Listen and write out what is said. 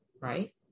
right